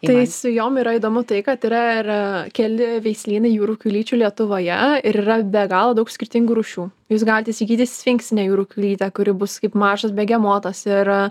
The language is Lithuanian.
tai su jom yra įdomu tai kad yra ir keli veislynai jūrų kiaulyčių lietuvoje ir yra be galo daug skirtingų rūšių jūs galit įsigyti sfinksinę jūrų kiaulytę kuri bus kaip mažas begemotas ir